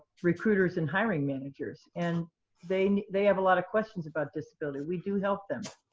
recruiters and hiring managers. and they they have a lot of questions about disability. we do help them.